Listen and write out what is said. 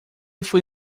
foi